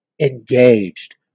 engaged